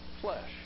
flesh